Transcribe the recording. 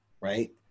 right